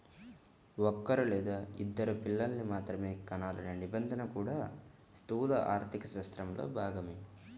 ఒక్కరూ లేదా ఇద్దరు పిల్లల్ని మాత్రమే కనాలనే నిబంధన కూడా స్థూల ఆర్థికశాస్త్రంలో భాగమే